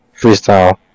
Freestyle